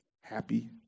happy